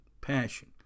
Passion